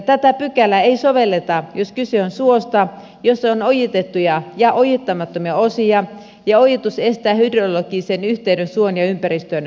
tätä pykälää ei sovelleta jos kyse on suosta jossa on ojitettuja ja ojittamattomia osia ja ojitus estää hydrologisen yhteyden suon ja ympäristön välillä